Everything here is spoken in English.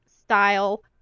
style